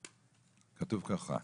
כתוב ככה: